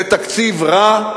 זה תקציב רע,